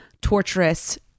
torturous